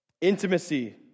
Intimacy